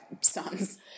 sons